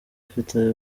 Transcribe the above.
ufite